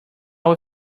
will